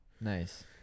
nice